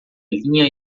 linha